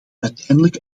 uiteindelijk